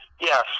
yes